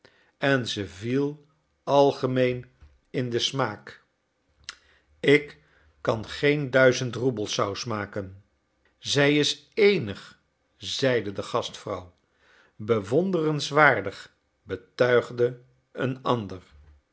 en ze viel algemeen in den smaak ik kan geen duizend roebel saus maken zij is eenig zeide de gastvrouw bewonderenswaardig betuigde een ander